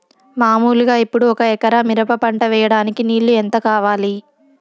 మామూలుగా ఇప్పుడు ఒక ఎకరా మిరప పంట వేయడానికి నీళ్లు ఎంత కావాలి?